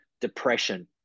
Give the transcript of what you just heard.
depression